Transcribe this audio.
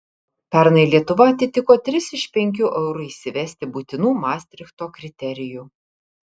pernai lietuva atitiko tris iš penkių eurui įsivesti būtinų mastrichto kriterijų